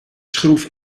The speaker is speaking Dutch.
schroef